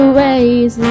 ways